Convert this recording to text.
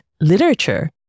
literature